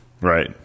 Right